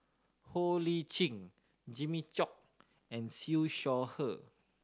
Ho Lee Jimmy Chok and Siew Shaw Her